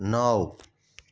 નવ